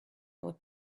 with